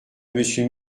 monsieur